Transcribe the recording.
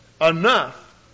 enough